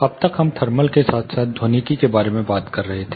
अब तक हम थर्मल के साथ साथ ध्वनिकी के बारे में बात कर रहे हैं